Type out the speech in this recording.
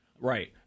Right